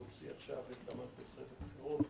להוציא עכשיו את המערכת לסבב בחירות.